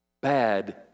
bad